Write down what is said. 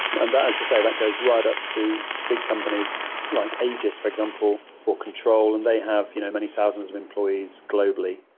and, as i say, that goes right up to big companies like aegis, for example, or control, and they have you know many thousands of employees globally.